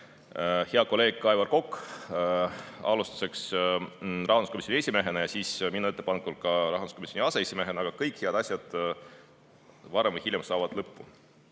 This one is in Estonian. hea kolleeg Aivar Kokk: alustuseks rahanduskomisjoni esimehena ja siis minu ettepanekul ka rahanduskomisjoni aseesimehena. Aga kõik head asjad saavad varem või hiljem lõpu